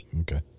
Okay